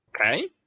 Okay